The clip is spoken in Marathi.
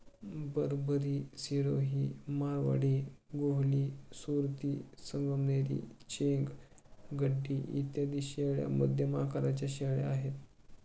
बरबरी, सिरोही, मारवाडी, गोहली, सुरती, संगमनेरी, चेंग, गड्डी इत्यादी शेळ्या मध्यम आकाराच्या शेळ्या आहेत